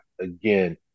Again